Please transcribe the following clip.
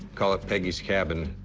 call it peggy's cabin.